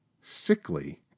sickly